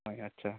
হয় আচ্ছা